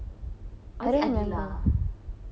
or was it adhilah